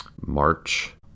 March